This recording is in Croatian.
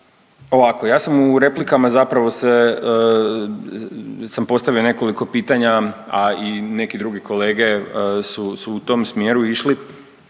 Ovako, ja sam u replikama zapravo se, sam postavio nekoliko pitanja, a i neki drugi kolege su, su u tom smjeru išli.